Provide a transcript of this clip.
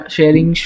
Sharing